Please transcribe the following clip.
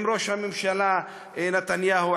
עם ראש הממשלה נתניהו,